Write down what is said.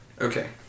Okay